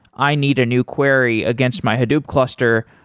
i need a new query against my hadoop cluster.